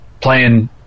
playing